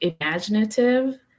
imaginative